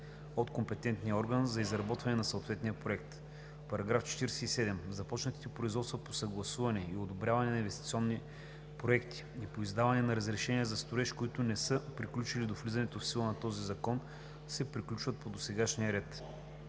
от компетентния орган за изработването на съответния проект. § 47. (1) Започнатите производства по съгласуване и одобряване на инвестиционни проекти и по издаване на разрешение за строеж, които не са приключили до влизането в сила на този закон, се приключват по досегашния ред.